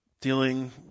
Dealing